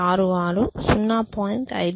66 0